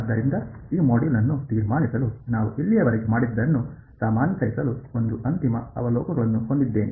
ಆದ್ದರಿಂದ ಈ ಮಾಡ್ಯೂಲ್ ಅನ್ನು ತೀರ್ಮಾನಿಸಲು ನಾವು ಇಲ್ಲಿಯವರೆಗೆ ಮಾಡಿದ್ದನ್ನು ಸಾಮಾನ್ಯೀಕರಿಸಲು ಒಂದು ಅಂತಿಮ ಅವಲೋಕನಗಳನ್ನು ಹೊಂದಿದ್ದೇನೆ